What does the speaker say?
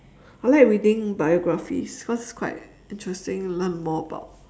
I like reading biographies cause it's quite interesting to learn more about